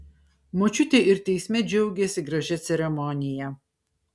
močiutė ir teisme džiaugėsi gražia ceremonija